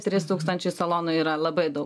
trys tūkstančiai salonų yra labai daug